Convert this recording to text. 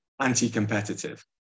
anti-competitive